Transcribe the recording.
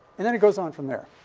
and then he goes on from there.